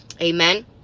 amen